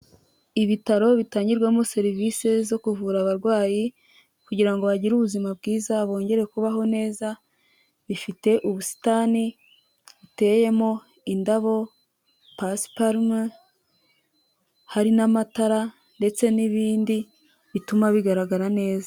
Ibitaro bitangirwamo serivisi zo kuvura abarwayi kugira ngo bagire ubuzima bwiza, bongere kubaho neza, bifite ubusitani buteyemo indabo, pasiparuma, hari n'amatara ndetse n'ibindi bituma bigaragara neza.